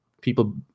people